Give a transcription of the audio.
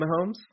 Mahomes